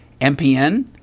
MPN